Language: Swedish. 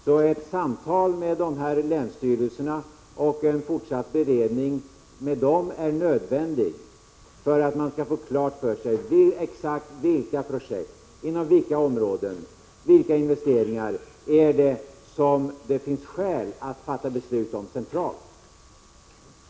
Så ett samtal med länsstyrelserna och en fortsatt beredning med dem är nödvändig för att man skall få klart för sig exakt vilka projekt, vilka områden och vilka investeringar som det finns skäl att fatta beslut om centralt.